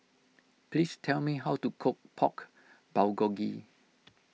please tell me how to cook Pork Bulgogi